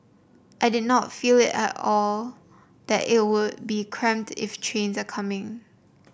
I did not feel at all that it would be cramped if trains are coming